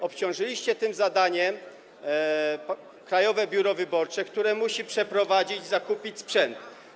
Obciążyliście tym zadaniem Krajowe Biuro Wyborcze, które musi to przeprowadzić, zakupić sprzęt.